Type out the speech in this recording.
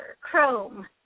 chrome